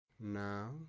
Now